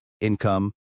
income